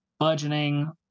budgeting